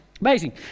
amazing